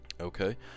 okay